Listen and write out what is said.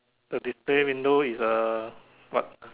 the display window is a what